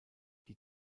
die